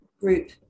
Group